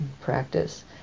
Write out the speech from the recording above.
practice